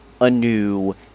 anew